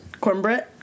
Cornbread